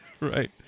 Right